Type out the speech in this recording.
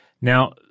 Now –